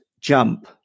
jump